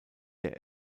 der